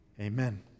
amen